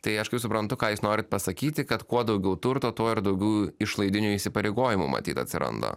tai aš kaip suprantu ką jūs norit pasakyti kad kuo daugiau turto tuo ir daugiau išlaidinių įsipareigojimų matyt atsiranda